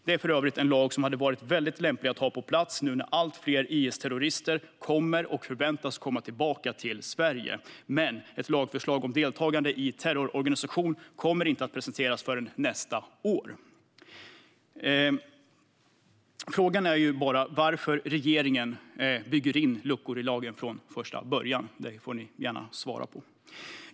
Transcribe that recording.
En sådan lag skulle för övrigt ha varit mycket lämplig att ha på plats nu när allt fler IS-terrorister kommer och förväntas komma tillbaka till Sverige. Men ett lagförslag om deltagande i terrororganisation kommer inte att presenteras förrän nästa år. Frågan är bara varför regeringen bygger in luckor i lagen från första början. Det får ni gärna svara på.